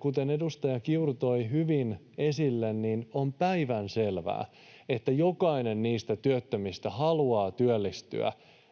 Kuten edustaja Kiuru toi hyvin esille, on päivänselvää, että jokainen niistä työttömistä haluaa ylipäätänsä